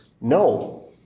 No